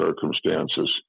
circumstances